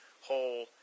whole